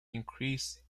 increased